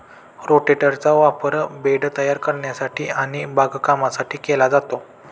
रोटेटरचा वापर बेड तयार करण्यासाठी आणि बागकामासाठी केला जातो